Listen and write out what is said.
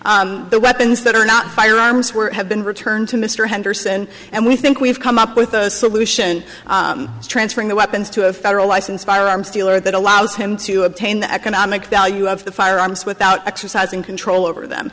the weapons that are not firearms were have been returned to mr henderson and we think we've come up with a solution transferring the weapons to a federal license firearms dealer that allows him to obtain the economic value of the firearms without exercising control over them